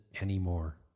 anymore